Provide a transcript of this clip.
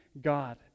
God